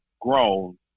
grown